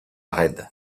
red